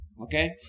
Okay